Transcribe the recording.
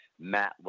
Matt